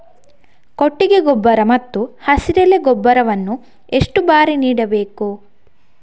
ಕೊಟ್ಟಿಗೆ ಗೊಬ್ಬರ ಮತ್ತು ಹಸಿರೆಲೆ ಗೊಬ್ಬರವನ್ನು ಎಷ್ಟು ಬಾರಿ ನೀಡಬೇಕು?